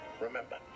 Remember